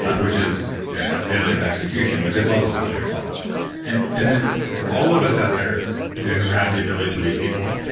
which is a failure of execution, which is also still your fault and and then all of us out there you know who have the ability to reach people,